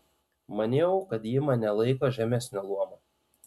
maniau kad ji mane laiko žemesnio luomo